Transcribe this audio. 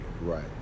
Right